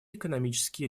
экономические